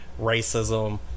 racism